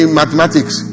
mathematics